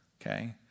Okay